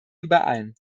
überein